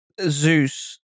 Zeus